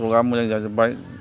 सरगआ मोजां जाजोब्बाय